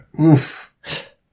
Oof